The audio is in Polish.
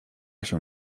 się